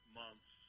months